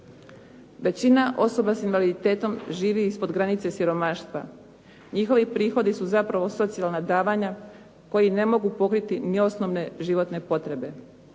Većina osoba sa invaliditetom živi ispod granice siromaštva, njihovi prihodi su zapravo socijalna davanja koji ne mogu pokriti niti osnovne životne potrebe.